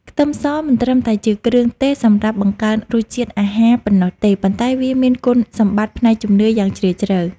ខ្ទឹមសមិនត្រឹមតែជាគ្រឿងទេសសម្រាប់បង្កើនរសជាតិអាហារប៉ុណ្ណោះទេប៉ុន្តែវាមានគុណសម្បត្តិផ្នែកជំនឿយ៉ាងជ្រាលជ្រៅ។